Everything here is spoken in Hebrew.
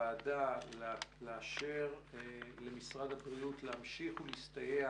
מהוועדה לאשר למשרד הבריאות להמשיך ולהסתייע